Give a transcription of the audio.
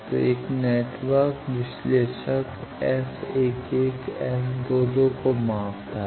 तो एक नेटवर्क विश्लेषक S11∧ S21 को मापता है